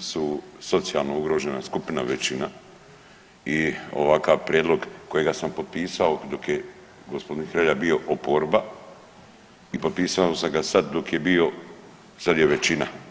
su socijalno ugrožena skupina većina i ovakav prijedlog kojega sam potpisao dok je gospodin Hrelja bio oporba i potpisao sam ga sad dok je bio, sad je većina.